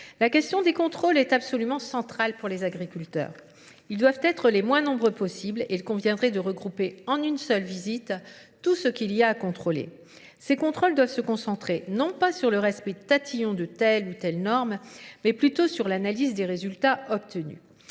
La question des contrôles est absolument centrale pour les agriculteurs. Ils doivent être les moins nombreux possibles et il conviendrait de regrouper en une seule visite tout ce qu'il y a à contrôler. Ces contrôles doivent se concentrer non pas sur le respect de tatillon de telle ou telle norme, mais plutôt sur l'analyse des résultats obtenus.